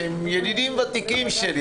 שהם ידידים ותיקים שלי,